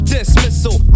Dismissal